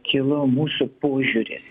kilo mūsų požiūris